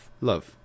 Love